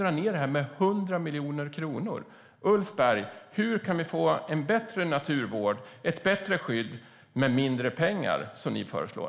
Ni vill dra ned med 100 miljoner kronor. Ulf Berg, hur kan vi få bättre naturvård, ett bättre skydd med mindre pengar, vilket ni föreslår?